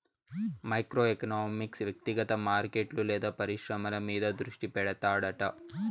micro economics వ్యక్తిగత మార్కెట్లు లేదా పరిశ్రమల మీద దృష్టి పెడతాడట